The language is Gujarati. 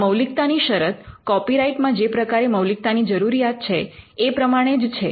આ મૌલિકતાની શરત કૉપીરાઇટ્ માં જે પ્રકારે મૌલિકતાની જરૂરિયાત છે એ પ્રમાણે જ છે